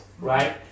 right